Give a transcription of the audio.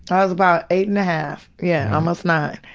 i was about eight-and-a-half. yeah, almost nine.